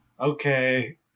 okay